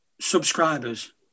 Subscribers